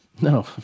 no